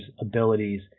abilities